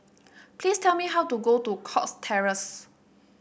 please tell me how to go to Cox Terrace